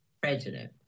president